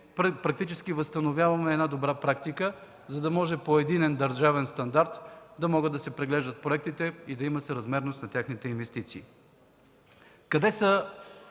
практически възстановяваме добра практика – да може по единен държавен стандарт да се преглеждат проектите и да има съразмерност на техните инвестиции. Къде са